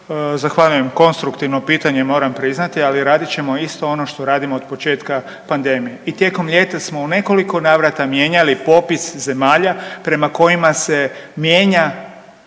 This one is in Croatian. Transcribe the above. Zahvaljujem. Konstruktivno pitanje moram priznati, ali radit ćemo isto ono što radimo od početka pandemije i tijekom ljeta smo u nekoliko navrata mijenjali popis zemalja prema kojima se mijenja